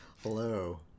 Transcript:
Hello